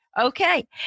Okay